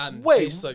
Wait